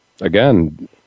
again